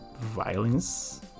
violence